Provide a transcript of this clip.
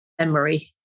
memory